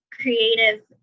creative